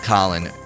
Colin